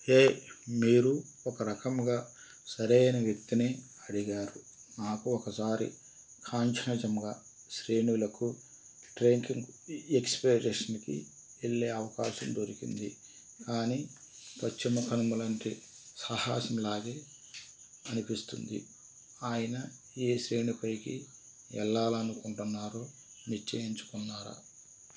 హే మీరు ఒక రకముగా సరైన వ్యక్తిని అడిగారు నాకు ఒకసారి కాంచనజంగ శ్రేణులకు ట్రెకింగు ఎక్స్పెడిషన్కి వెళ్ళే అవకాశం దొరికింది కానీ పశ్చిమ కనుమలంటే సాహసంలాగే అనిపిస్తుంది ఆయన ఏ శ్రేణిపైకి వెళ్ళాలి అనుకుంటున్నారో నిశ్చయించుకున్నారా